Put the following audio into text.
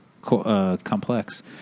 complex